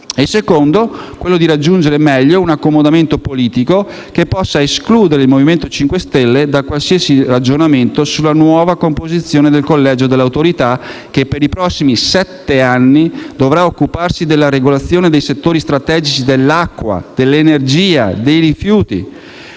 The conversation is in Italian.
e quella di raggiungere meglio un accomodamento politico che possa escludere il Movimento 5 Stelle da qualsiasi ragionamento sulla nuova composizione del collegio dell'Autorità, che per i prossimi sette anni dovrà occuparsi della regolazione dei settori strategici dell'acqua, dell'energia e dei rifiuti.